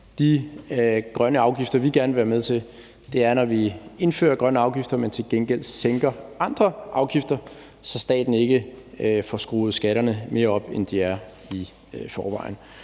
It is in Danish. De grønne afgifter, som vi gerne vil være med til at indføre, er, når vi til gengæld sænker andre afgifter, så staten ikke får skruet skatterne mere op, end de i forvejen